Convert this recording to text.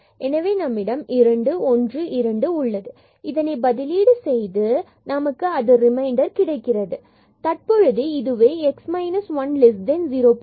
எனவே நம்மிடம் 2 1 2 உள்ளது எனவே இதனை பதிலீடு செய்து நமக்கு அது ரிமைண்டர் கிடைக்கிறது மற்றும் தற்பொழுது இதுவே x minus 1 0